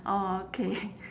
orh okay